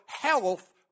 health